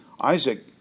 Isaac